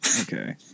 Okay